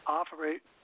operate